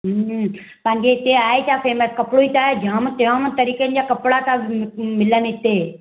पंहिंजे हिते आहे छा फेमस कपिड़ो ई त आहे जामु तरीक़नि जा कपिड़ा था मिलनि इते